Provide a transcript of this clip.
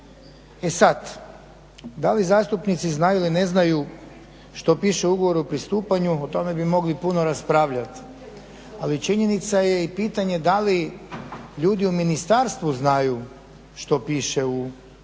E sad, da li zastupnici znaju ili ne znaju što piše u ugovoru o pristupanju, o tome bi mogli puno raspravljati, ali činjenica je i pitanje da li ljudi u ministarstvu znaju što piše u ugovoru